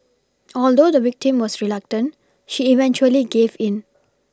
although the victim was reluctant she eventually gave in